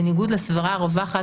בניגוד לסברה הרווחת,